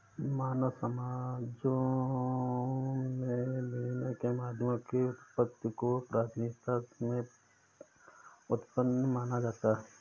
मानव समाजों में विनिमय के माध्यमों की उत्पत्ति को प्राचीनता में उत्पन्न माना जाता है